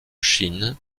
chine